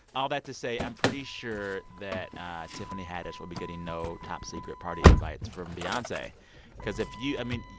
all that to say, i'm pretty sure that tiffany haddish will be getting no top-secret party invites from beyonce cause if you i mean,